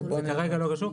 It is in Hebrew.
כרגע זה לא קשור.